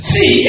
See